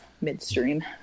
midstream